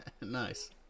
Nice